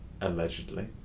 Allegedly